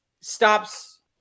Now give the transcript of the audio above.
stops